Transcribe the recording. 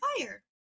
fire